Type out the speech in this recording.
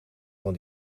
van